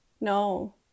No